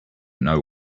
know